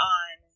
on